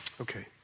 Okay